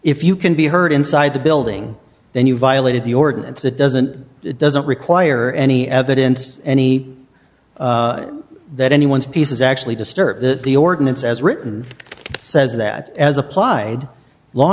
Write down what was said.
if you can be heard inside the building then you violated the ordinance it doesn't it doesn't require any evidence any of that anyone's piece is actually disturbed the ordinance as written says that as applied law